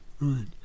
Right